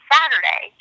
Saturday